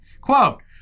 Quote